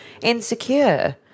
insecure